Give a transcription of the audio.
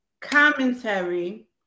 commentary